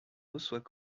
reçoit